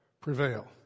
prevail